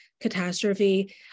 catastrophe